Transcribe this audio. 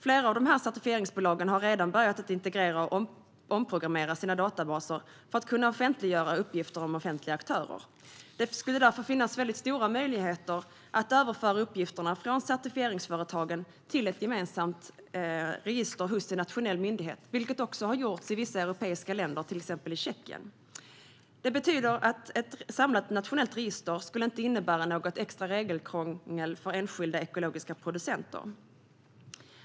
Flera av certifieringsbolagen har redan börjat integrera och omprogrammera sina databaser för att kunna offentliggöra uppgifter om offentliga aktörer. Det skulle därför finnas stora möjligheter att överföra uppgifterna från certifieringsföretagen till ett gemensamt register hos en nationell myndighet. Det har gjorts i vissa europeiska länder, till exempel Tjeckien. Ett samlat nationellt register skulle alltså inte innebära något extra regelkrångel för enskilda ekologiska producenter.